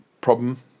...problem